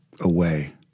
away